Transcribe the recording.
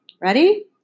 Ready